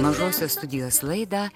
mažosios studijos laidą